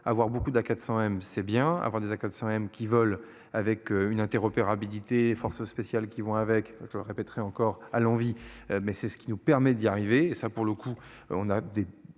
avoir beaucoup d'A400M c'est bien avoir des A400M qui vole avec une interopérabilité forces spéciales qui vont avec, je le répéterai encore à Longwy. Mais c'est ce qui nous permet d'y arriver ça pour le coup, on a des